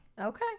Okay